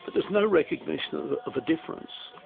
but there's no recognition of of a difference,